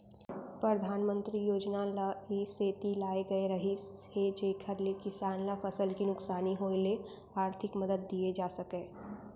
परधानमंतरी योजना ल ए सेती लाए गए रहिस हे जेकर ले किसान ल फसल के नुकसानी होय ले आरथिक मदद दिये जा सकय